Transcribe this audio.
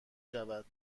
شود